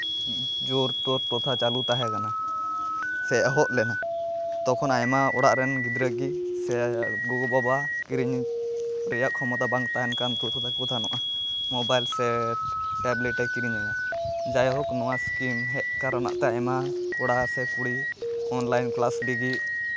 ᱡᱳᱨ ᱴᱳᱨ ᱯᱨᱚᱛᱷᱟ ᱪᱟᱹᱞᱩ ᱛᱟᱦᱮᱸ ᱠᱟᱱᱟ ᱥᱮ ᱮᱦᱚᱵ ᱞᱮᱱᱟ ᱛᱚᱠᱷᱚᱱ ᱟᱭᱢᱟ ᱚᱲᱟᱜ ᱨᱮᱱ ᱜᱤᱫᱽᱨᱟᱹ ᱜᱮ ᱥᱮ ᱜᱚᱜᱚᱼᱵᱟᱵᱟ ᱠᱤᱨᱤᱧ ᱨᱮᱭᱟᱜ ᱠᱷᱚᱢᱚᱛᱟ ᱵᱟᱝ ᱛᱟᱦᱮᱱ ᱛᱟᱦᱮᱱ ᱠᱟᱱ ᱛᱟᱠᱚ ᱛᱟᱦᱮᱱᱟ ᱢᱳᱵᱟᱭᱤᱞ ᱥᱮ ᱴᱮᱵᱽᱞᱮᱴ ᱮ ᱠᱤᱨᱤᱧ ᱟᱭᱟ ᱡᱟᱭᱦᱚᱠ ᱱᱚᱣᱟ ᱥᱠᱤᱢ ᱦᱮᱡ ᱠᱟᱨᱚᱱᱟᱜ ᱛᱮ ᱟᱭᱢᱟ ᱠᱚᱲᱟ ᱥᱮ ᱠᱩᱲᱤ ᱚᱱᱞᱟᱭᱤᱱ ᱠᱞᱟᱥ ᱞᱟᱹᱜᱤᱫ